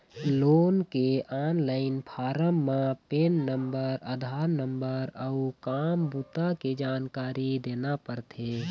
loan के online form म PAN number, Aadhaar number अउ काम बूता के जानकारी देना परथे